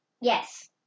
Yes